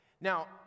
Now